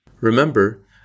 Remember